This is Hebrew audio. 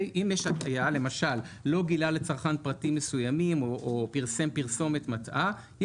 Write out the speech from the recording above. למשל לא גילה לצרכן פרטים מסוימים או פרסם פרסומת מטעה,